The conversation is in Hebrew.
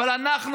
אבל אנחנו,